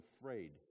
afraid